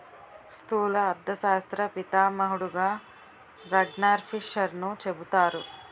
స్థూల అర్థశాస్త్ర పితామహుడుగా రగ్నార్ఫిషర్ను చెబుతారు